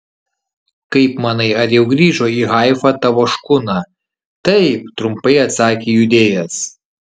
kaip manai ar jau grįžo į haifą tavo škuna taip trumpai atsakė judėjas